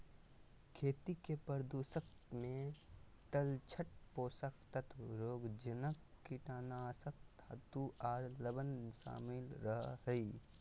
खेती के प्रदूषक मे तलछट, पोषक तत्व, रोगजनक, कीटनाशक, धातु आर लवण शामिल रह हई